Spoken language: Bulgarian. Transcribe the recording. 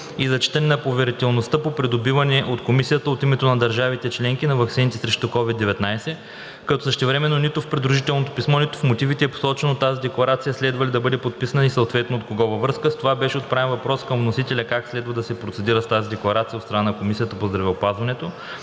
и зачитане поверителността по придобиване от Комисията, от името на държавите членки, на ваксини срещу COVID-19, като същевременно нито в придружителното писмо, нито в мотивите е посочено тази декларация следва ли да бъде подписана и съответно от кого. Във връзка с това беше отправен въпрос към вносителя как следва да се процедира с тази декларация от страна на Комисията по здравеопазването,